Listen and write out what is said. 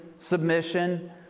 Submission